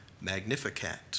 magnificat